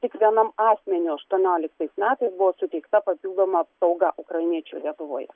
tik vienam asmeniui aštuonioliktais metais buvo suteikta papildoma apsauga ukrainiečiui lietuvoje